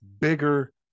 bigger